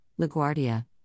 LaGuardia